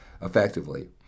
Effectively